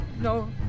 no